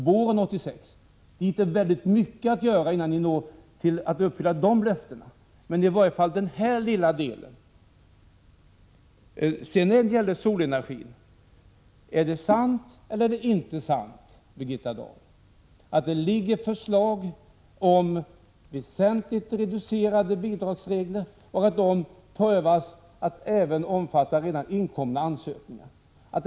Det finns väldigt mycket att göra innan man uppfyller de löftena, men i varje fall den här lilla delen borde kunna uppfyllas. Beträffande solenergi: Är det sant eller är det inte sant, Birgitta Dahl, att det finns ett förslag om väsentligt reducerade bidrag och att det övervägs om regler med den innebörden skall gälla även redan inkomna ansökningar?